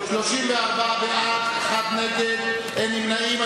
34 בעד, אחד נגד ואין נמנעים.